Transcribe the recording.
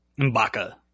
M'Baka